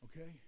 Okay